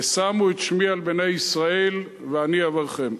ושמו את שמי על בני ישראל ואני אברכם".